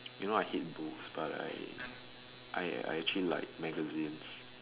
you know I hate books but I I actually like magazines